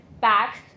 back